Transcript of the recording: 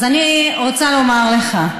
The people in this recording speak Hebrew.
אז אני רוצה לומר לך: